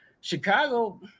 Chicago